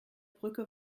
brücke